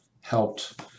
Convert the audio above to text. helped